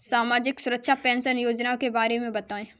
सामाजिक सुरक्षा पेंशन योजना के बारे में बताएँ?